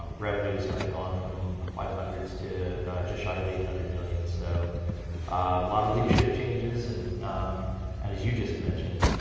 um revenue's kind of gone from five hundred s to just shy of eight hundred million. so a lot of leadership changes, and and as you just mentioned,